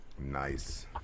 Nice